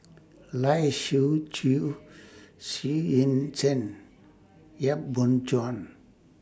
Lai Siu Chiu Xu Yuan Zhen Yap Boon Chuan